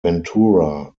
ventura